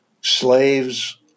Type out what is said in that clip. slaves